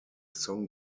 song